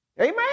Amen